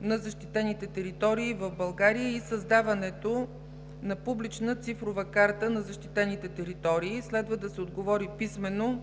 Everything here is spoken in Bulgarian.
на защитените територии в България и създаването на Публична цифрова карта на защитените територии. Следва да се отговори писмено